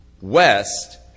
west